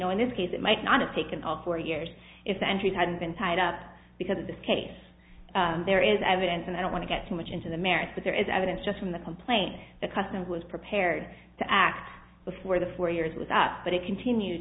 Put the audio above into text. know in this case it might not have taken all four years if the entries hadn't been tied up because of this case there is evidence and i don't want to get too much into the merits but there is evidence just from the complaint that customs was prepared to act before the four years was up but it continued